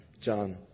John